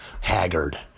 haggard